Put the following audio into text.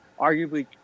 arguably